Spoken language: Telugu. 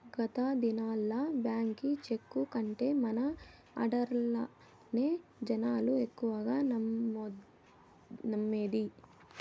గత దినాల్ల బాంకీ చెక్కు కంటే మన ఆడ్డర్లనే జనాలు ఎక్కువగా నమ్మేది